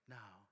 now